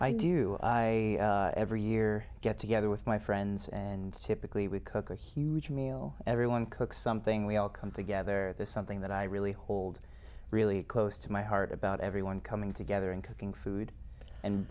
anything i do every year i get together with my friends and typically we cook a huge meal everyone cooks something we all come together there's something that i really hold really close to my heart about everyone coming together and cooking food and